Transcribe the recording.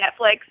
Netflix